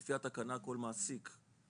לפי התקנה כל המעסיק,